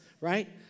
right